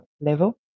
level